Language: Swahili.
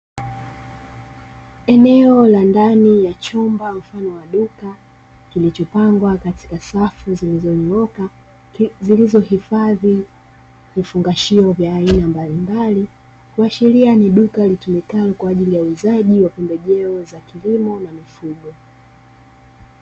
Eneo la ndani ya chumba mfano wa duka, kilichopangwa katika safu zilizoonyoka. Zilizohifadhi vifungashio vya aina mbalimbali, kuashiria ni duka litumikalo kwa ajili ya uuzaji wa pembejeo za kilimo na mifugo.